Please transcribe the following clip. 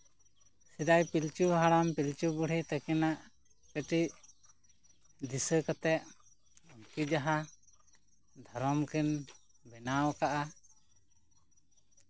ᱥᱮᱫᱟᱭ ᱯᱤᱞᱪᱩ ᱦᱟᱲᱟᱢ ᱯᱤᱞᱪᱩ ᱵᱩᱲᱦᱤ ᱛᱟᱠᱤᱱᱟᱜ ᱠᱟᱹᱴᱤᱡ ᱫᱤᱥᱟᱹ ᱠᱟᱛᱮ ᱩᱱᱠᱤᱱ ᱡᱟᱦᱟᱸ ᱫᱷᱚᱨᱚᱢ ᱠᱤᱱ ᱵᱮᱱᱟᱣ ᱠᱟᱜᱼᱟ